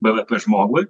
bvp žmogui